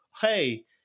hey